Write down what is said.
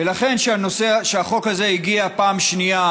לכן, כשהחוק הזה הגיע בפעם השנייה